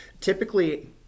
Typically